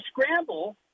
scramble